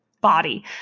body